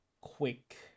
quick